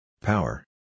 Power